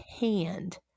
hand